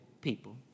people